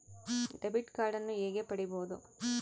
Debit ಕಾರ್ಡನ್ನು ಹೇಗೆ ಪಡಿಬೋದು?